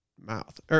mouth